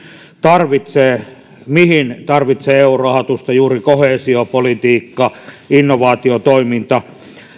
tarvitsee mihin tarvitsee eu rahoitusta juuri koheesiopolitiikkaan innovaatiotoimintaan